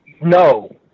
no